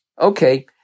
okay